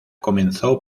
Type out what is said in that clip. comenzó